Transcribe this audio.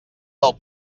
del